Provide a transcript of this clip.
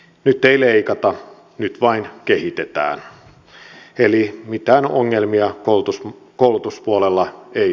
nyt ei leikata nyt vain kehitetään eli mitään ongelmia koulutuspuolella ei ole